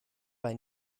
bei